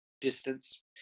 distance